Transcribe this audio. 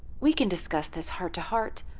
we can discuss this heart-to-heart.